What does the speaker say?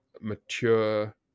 mature